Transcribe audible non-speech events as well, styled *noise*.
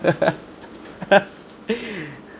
*laughs*